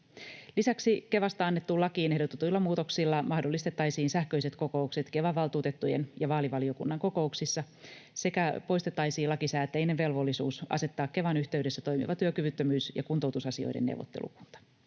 Lisäksi Kevasta annettuun lakiin ehdotetuilla muutoksilla mahdollistettaisiin sähköiset kokoukset Kevan valtuutettujen ja vaalivaliokunnan kokouksissa sekä poistettaisiin lakisääteinen velvollisuus asettaa Kevan yhteydessä toimiva työkyvyttömyys- ja kuntoutusasioiden neuvottelukunta.